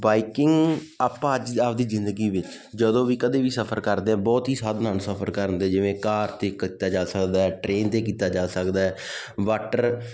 biking ਆਪਾਂ ਅੱਜ ਆਪਦੀ ਜ਼ਿੰਦਗੀ ਵਿੱਚ ਜਦੋਂ ਵੀ ਕਦੇ ਵੀ ਸਫਰ ਕਰਦੇ ਹਾਂ ਬਹੁਤ ਹੀ ਸਾਧਨ ਹਨ ਸਫਰ ਕਰਨ ਦੇ ਜਿਵੇਂ ਕਾਰ 'ਤੇ ਕੀਤਾ ਜਾ ਸਕਦਾ ਟ੍ਰੇਨ 'ਤੇ ਕੀਤਾ ਜਾ ਸਕਦਾ ਵਾਟਰ